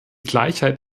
gleichheit